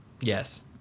Yes